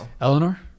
Eleanor